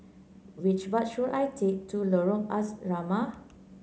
which bus should I take to Lorong Asrama